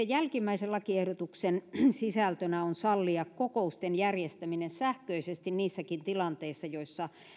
jälkimmäisen lakiehdotuksen sisältönä on sallia kokousten järjestäminen sähköisesti niissäkin tilanteissa joissa